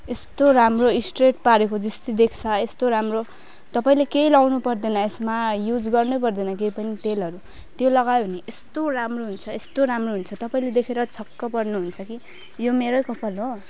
यस्तो राम्रो स्ट्रेट पारेको जस्तै देख्छ यस्तो राम्रो तपाईँले केही लगाउनु पर्दैन यसमा युज गर्नु पर्दैन तेलहरू त्यो लगायो भने यस्तो राम्रो हुन्छ यस्तो राम्रो हुन्छ तपाईँले देखेर छक्क पर्नु हुन्छ कि यो मेरो कपाल हो